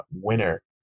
winner